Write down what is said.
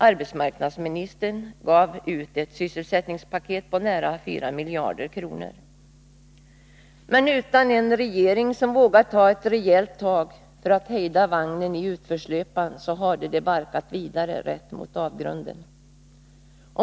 Arbetsmarknadsministern gav ut ett sysselsättningspaket på nära fyra miljarder kronor. Men utan en regering som vågar ta ett rejält tag för att hejda vagnen i utförslöpan hade det barkat vidare rätt mot avgrunden.